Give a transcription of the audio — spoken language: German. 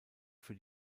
für